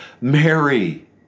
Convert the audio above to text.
Mary